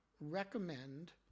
recommend